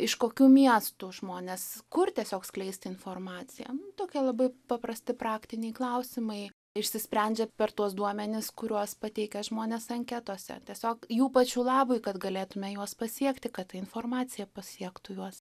iš kokių miestų žmonės kur tiesiog skleisti informaciją tokie labai paprasti praktiniai klausimai išsisprendžia per tuos duomenis kuriuos pateikia žmonės anketose tiesiog jų pačių labui kad galėtume juos pasiekti kad ta informacija pasiektų juos